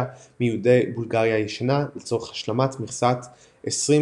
מיהודי "בולגריה הישנה" לצורך השלמת מכסת ה-20,000,